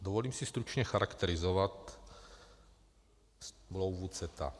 Dovolím si stručně charakterizovat smlouvu CETA.